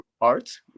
art